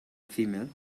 female